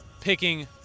picking